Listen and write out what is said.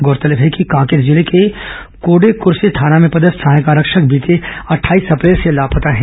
गौरतलबह है कि कांकेर जिले के कोडेकर्से थाना में पदस्थ सहायक आरक्षक बीते अट्ठाईस अप्रैल से लापता है